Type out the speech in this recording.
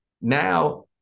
Now